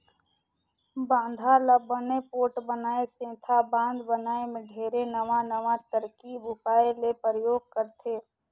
बांधा ल बने पोठ बनाए सेंथा बांध बनाए मे ढेरे नवां नवां तरकीब उपाय ले परयोग करथे